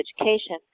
education